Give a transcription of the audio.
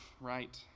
right